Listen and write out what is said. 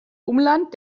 umland